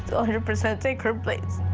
we'll hear percent acre blaze.